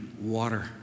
water